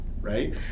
right